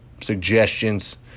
suggestions